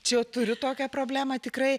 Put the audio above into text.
čia jau turiu tokią problemą tikrai